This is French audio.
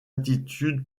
attitude